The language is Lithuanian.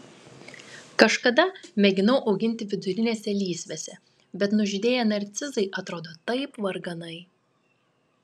kažkada mėginau auginti vidurinėse lysvėse bet nužydėję narcizai atrodo taip varganai